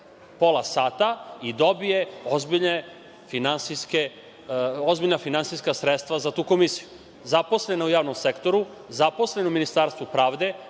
pola sata i dobije ozbiljna finansijska sredstva za tu komisiju. Zaposlen u javnom sektoru, zaposlen u Ministarstvu pravde.